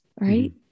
right